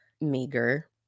meager